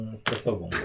stresową